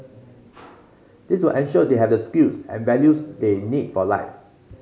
this will ensure they have the skills and values they need for life